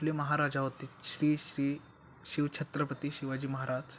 आपले महाराजा होते श्री श्री शिव छत्रपती शिवाजी महाराज